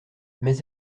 mais